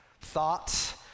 thoughts